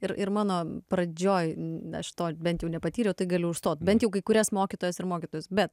ir ir mano pradžioj aš to bent jau nepatyriau tai galiu užstot bent jau kai kurias mokytojas ir mokytojus bet